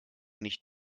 nicht